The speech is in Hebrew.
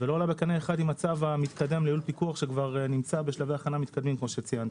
ועם הצו המתקדם לייעול פיקוח שנמצא בשלבי הכנה מתקדמים כאמור.